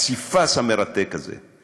הפסיפס המרתק הזה.